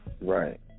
right